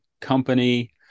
company